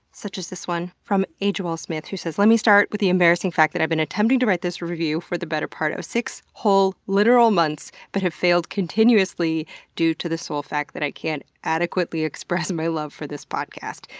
such as this one from ajoellesmith who says let me start with the embarrassing fact that i've been attempting to write this review for the better part of six whole literal months but have failed continuously due to the sole fact that i can't adequately express my love for this podcast.